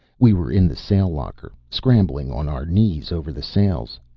we were in the sail locker, scrambling on our knees over the sails.